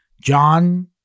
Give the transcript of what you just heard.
John